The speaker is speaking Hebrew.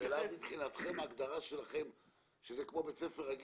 השאלה אם מבחינת ההגדרה שלכם זה כמו בית ספר רגיל?